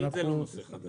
מהותית זה לא נושא חדש.